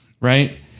right